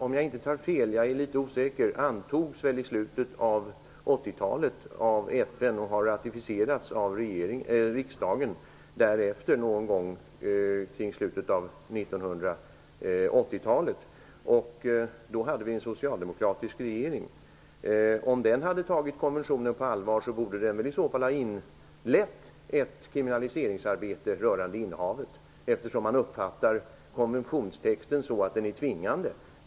Om jag inte tar fel -- jag är litet osäker -- antogs FN:s barnkonvention i slutet av 80-talet av FN och ratificerades därefter av riksdagen. Då hade vi en socialdemokratisk regering. Om den hade tagit konventionen på allvar, hade den väl i så fall inlett ett kriminaliseringsarbete rörande innehavet, eftersom man uppfattar konventionstexten som tvingande.